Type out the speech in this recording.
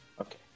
Okay